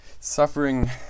suffering